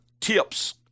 tips